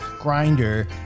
Grinder